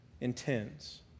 intends